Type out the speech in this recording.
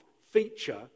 feature